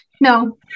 no